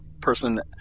person